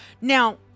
Now